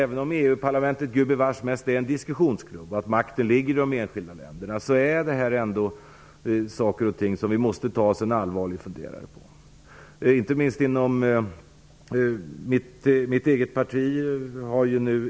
Även om EU-parlamentet gubevars mest är en diskussionsklubb och makten ligger hos de enskilda länderna är det ändå saker som vi måste ta oss en allvarlig funderare på.